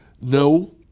No